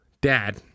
dad